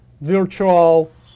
virtual